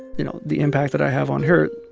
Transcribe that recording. you know, the impact that i have on her,